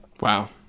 Wow